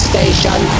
Station